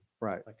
Right